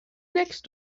next